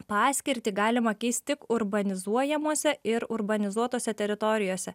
paskirtį galima keist tik urbanizuojamose ir urbanizuotose teritorijose